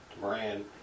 Moran